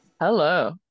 Hello